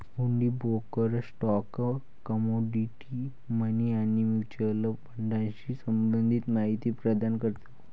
हुंडी broker stock, commodity, money आणि mutual फंडाशी संबंधित माहिती प्रदान करतो